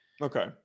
Okay